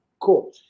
Cool